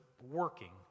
working